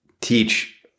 teach